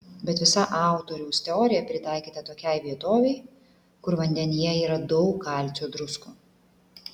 bet visa autoriaus teorija pritaikyta tokiai vietovei kur vandenyje yra daug kalcio druskų